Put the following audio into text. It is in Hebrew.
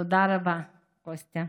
תודה רבה, קוסטה.